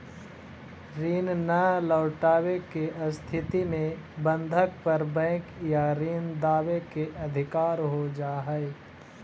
ऋण न लौटवे के स्थिति में बंधक पर बैंक या ऋण दावे के अधिकार हो जा हई